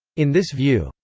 in this view,